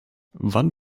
wann